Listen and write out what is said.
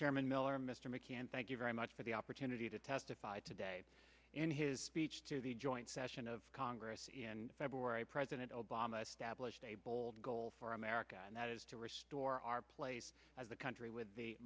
chairman miller mr mccann thank you very much for the opportunity to testify today in his speech to the joint session of congress in february president obama stablished a bold goal for america and that is to restore our place as a country with the